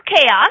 chaos